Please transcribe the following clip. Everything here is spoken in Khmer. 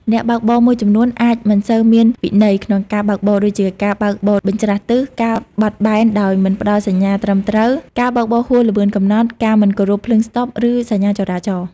អ្នកបើកបរមួយចំនួនអាច មិនសូវមានវិន័យ ក្នុងការបើកបរ ដូចជាការបើកបរបញ្ច្រាសទិស ការបត់បែនដោយមិនផ្តល់សញ្ញាត្រឹមត្រូវ ការបើកបរហួសល្បឿនកំណត់ ការមិនគោរពភ្លើងស្តុប ឬសញ្ញាចរាចរណ៍។